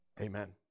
Amen